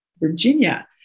Virginia